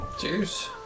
Cheers